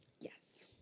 Yes